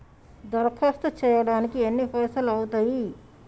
దరఖాస్తు చేయడానికి ఎన్ని పైసలు అవుతయీ?